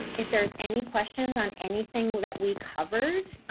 and if there's any questions on anything that we covered,